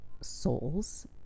souls